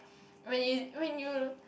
when you when you